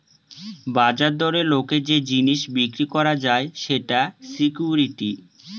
বাজার দরে লোকের যে জিনিস বিক্রি করা যায় সেটা সিকুইরিটি